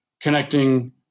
connecting